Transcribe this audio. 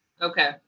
Okay